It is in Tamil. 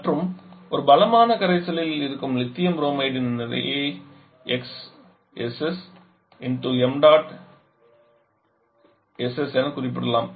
மற்றும் ஒரு பலமான கரைசலில் இருக்கும் லித்தியம் புரோமைட்டின் நிறையை என குறிப்பிடலாம்